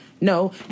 No